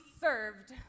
served